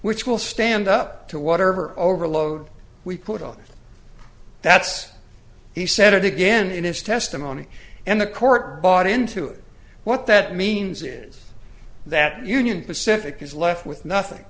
which will stand up to whatever overload we put on that's he said again in his testimony and the court bought into it what that means is that union pacific is left with nothing